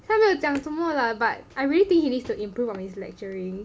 他没有讲什么 lah but I really think he needs to improve on his lecturing